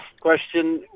question